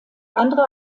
andere